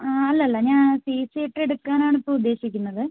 അല്ല അല്ല ഞാൻ സീ സി യിട്ട് എടുക്കാനാണ് ഇപ്പോൾ ഉദ്ദേശിക്കുന്നത്